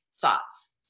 thoughts